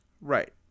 Right